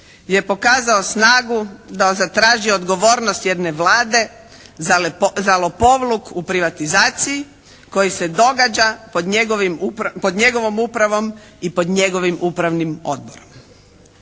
je pokazao snagu da zatraži odgovornost jedne Vlade za lopovluk u privatizaciji koji se događa pod njegovom upravom i pod njegovim upravnim odborom.